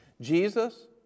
Jesus